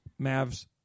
Mavs